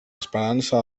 esperança